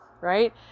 right